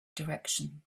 direction